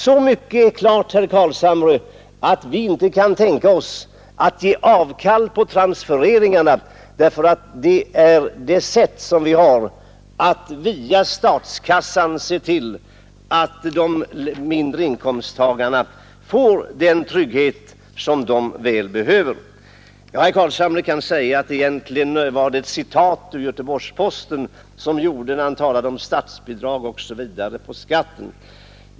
Så mycket är klart, herr Carlshamre, att vi inte kan tänka oss att ge avkall på transfereringarna, därför att de är det sätt vi har att via statskassan se till att de mindre inkomsttagarna får den trygghet som de väl behöver. Herr Carlshamre kan ju säga, att egentligen var det ett citat ur Göteborgs-Posten när han talade om statsbidrag osv. på skatten.